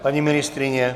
Paní ministryně?